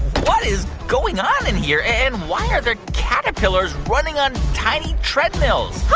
what is going on in here? and why are there caterpillars running on tiny treadmills?